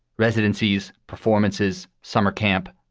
residencies, performances, summercamp.